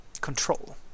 control